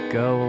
go